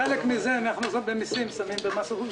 חלק מזה, מהכנסות ממיסים, שמים במס רכוש.